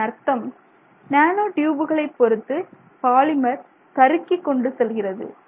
இதன் அர்த்தம் நேனோ டியூப்களை பொருத்து பாலிமர் சறுக்கிக் கொண்டு செல்கிறது